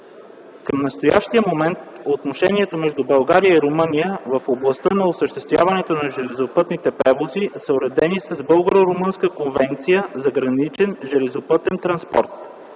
Към настоящия момент отношенията между България и Румъния в областта на осъществяването на железопътните превози са уредени с Българо-румънската конвенция за граничен железопътен транспорт,